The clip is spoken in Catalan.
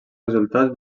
resultats